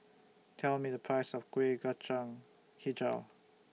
Tell Me The Price of Kueh Kacang Hijau